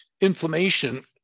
inflammation